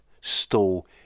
stall